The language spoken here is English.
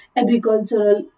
agricultural